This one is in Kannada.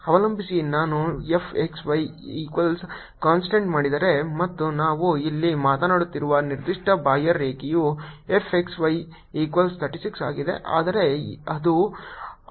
ಅವಲಂಬಿಸಿ ನಾನು f x y equals constant ಮಾಡಿದರೆ ಮತ್ತು ನಾವು ಇಲ್ಲಿ ಮಾತನಾಡುತ್ತಿರುವ ನಿರ್ದಿಷ್ಟ ಬಾಹ್ಯರೇಖೆಯು f x y ಈಕ್ವಲ್ಸ್ 36 ಆಗಿದೆ ಆದರೆ ಅದು ಅಪ್ರಸ್ತುತವಾಗುತ್ತದೆ